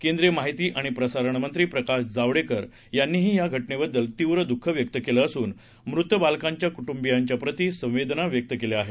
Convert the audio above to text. केंद्रिय माहिती आणि प्रसारणमंत्री प्रकाश जावडेकर यांनीही या घटनेबद्दल तीव्र द्ःख व्यक्त केलं असून मृत बालकांच्या कुंटुंबियाच्याप्रती संवेदना व्यक्त केल्या आहेत